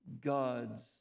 God's